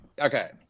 Okay